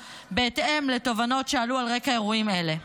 בהתאם לתובנות שעלו על רקע אירועים אלה.